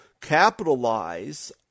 capitalize